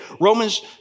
Romans